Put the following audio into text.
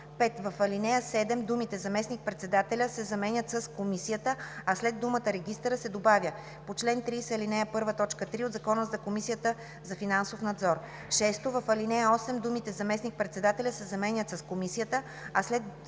5. В ал. 7 думите „заместник-председателя“ се заменят с „комисията“, а след думата „регистъра“ се добавя „по чл. 30, ал. 1, т. 3 от Закона за Комисията за финансов надзор“. 6. В ал. 8 думите „заместник-председателя“ се заменят с „комисията“, а след